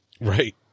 right